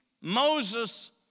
Moses